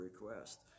request